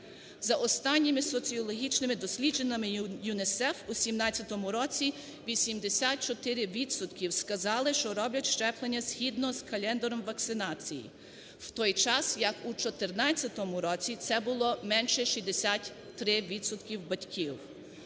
За останніми соціологічними дослідженнями ЮНІСЕФ у 2017 році 84 відсотків сказали, що роблять щеплення згідно з календарем вакцинації, в той час як у 2014 році це було менше 63 відсотків